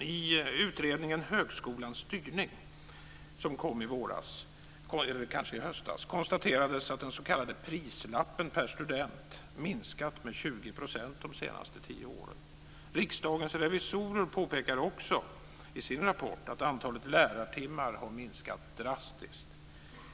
I utredningen Högskolans styrning som kom i våras eller kanske i höstas konstaterades att den s.k. prislappen per student minskat med 20 % de senaste tio åren. Riksdagens revisorer påpekar också i sin rapport att antalet lärartimmar har minskat drastiskt.